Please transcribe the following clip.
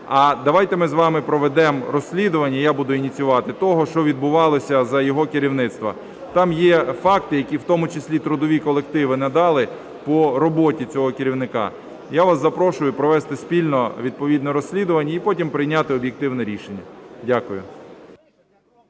Давайте ми з вами проведемо розслідування, я буду ініціювати, того, що відбувалося за його керівництва. Там є факти, які в тому числі трудові колективи надали, по роботі цього керівника. Я вас запрошую провести спільно відповідне розслідування і потім прийняти об'єктивне рішення. Дякую.